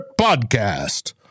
podcast